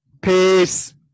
Peace